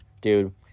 dude